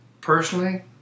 personally